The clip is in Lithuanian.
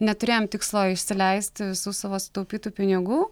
neturėjom tikslo išsileisti visų savo sutaupytų pinigų